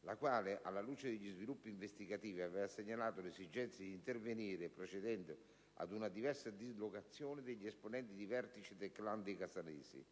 la quale, alla luce degli sviluppi investigativi, aveva segnalato l'esigenza di intervenire, procedendo ad una diversa dislocazione degli esponenti di vertice del *clan* dei casalesi,